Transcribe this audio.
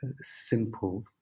simple